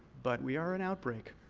but we are an outbreak.